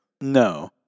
No